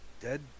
Dead